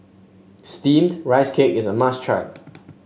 steamed Rice Cake is a must try